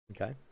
Okay